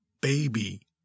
baby